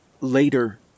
Later